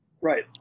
Right